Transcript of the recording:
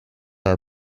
our